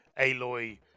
Aloy